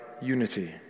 unity